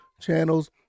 channels